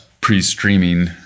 pre-streaming